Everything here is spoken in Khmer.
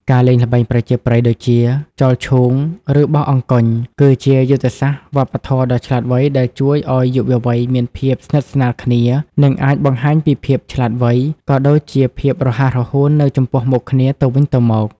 ការលេងល្បែងប្រជាប្រិយដូចជា ចោលឈូង ឬបោះអង្គញ់ គឺជាយុទ្ធសាស្ត្រវប្បធម៌ដ៏ឆ្លាតវៃដែលជួយឱ្យយុវវ័យមានភាពស្និទ្ធស្នាលគ្នា និងអាចបង្ហាញពីភាពឆ្លាតវៃ ក៏ដូចជាភាពរហ័សរហួននៅចំពោះមុខគ្នាទៅវិញទៅមក។